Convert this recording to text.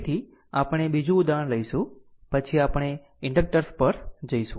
તેથી આપણે બીજું ઉદાહરણ લઈશું પછી આપણે ઇન્ડક્ટર્સ પર જઈશું